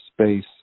space